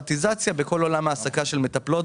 וסטנדרטיזציה בכל עולם ההעסקה של מטפלות ותומכות לגיל הרך.